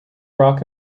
rock